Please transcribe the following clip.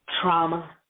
trauma